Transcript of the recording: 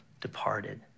departed